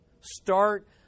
Start